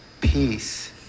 peace